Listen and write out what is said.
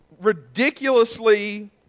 ridiculously